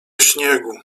śniegu